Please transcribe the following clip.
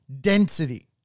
density